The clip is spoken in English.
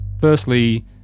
firstly